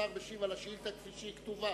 השר משיב על השאילתא כפי שהיא כתובה,